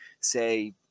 say